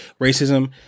racism